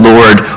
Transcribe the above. Lord